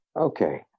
Okay